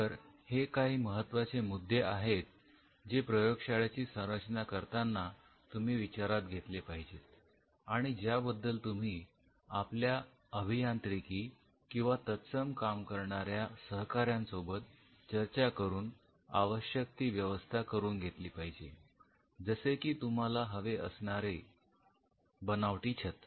तर हे काही महत्त्वाचे मुद्दे आहेत जे प्रयोगशाळेची संरचना करताना तुम्ही विचारात घेतले पाहिजेत आणि ज्याबद्दल तुम्ही आपल्या अभियांत्रिकी किंवा तत्सम काम करणाऱ्या सहकार्यांसोबत चर्चा करून आवश्यक ती व्यवस्था करून घेतली पाहिजे जसे की तुम्हाला हवे असणारे बनावटी छत